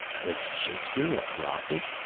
was shakespeare a prophet?